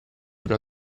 una